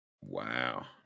Wow